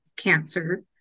cancer